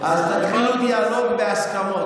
אז תתחילו דיאלוג בהסכמות.